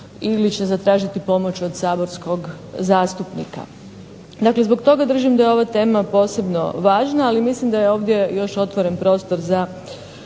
ili će zatražiti pomoć od saborskog zastupnika. Dakle zbog toga držim da je ova tema posebno važna, ali mislim da je ovdje još otvoren prostor za